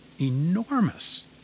enormous